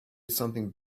something